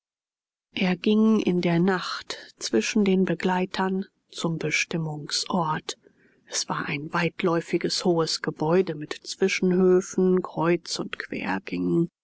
er ging in der nacht zwischen den begleitern zum bestimmungsort es war ein weitläufiges hohes gebäude mit zwischenhöfen kreuz und quergängen